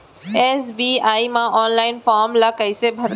SBI म online form ल कइसे भरथे?